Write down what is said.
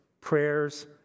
prayers